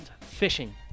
Fishing